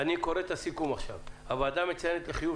אני קורא את הסיכום עכשיו: הוועדה מציינת לחיוב